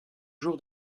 jour